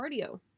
cardio